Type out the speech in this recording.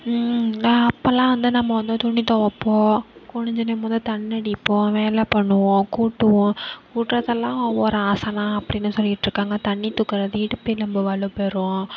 நான் அப்போலாம் வந்து நம்ம வந்து துணி துவப்போம் குனிஞ்சு நிமிர்ந்து தண்ணீர் அடிப்போம் வேலை பண்ணுவோம் கூட்டுவோம் கூட்டுறதெல்லாம் ஒரு ஆசனம் அப்படினு சொல்லிட்டிருக்காங்க தண்ணீர் தூக்குறது இடுப்பெலும்பு வலு பெறும்